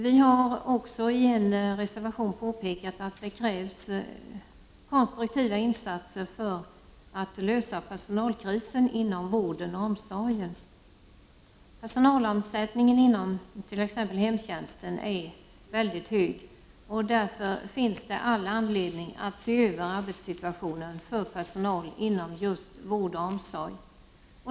Vi har också i en reservation påpekat att det krävs konstruktiva insatser för att finna en lösning på personalkrisen inom vården och omsorgen. Personalomsättningen inom t.ex. hemtjänsten är mycket hög, och därför finns all anledning att se över arbetssituationen för personalen inom just vården och omsorgen.